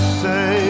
say